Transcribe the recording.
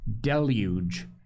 deluge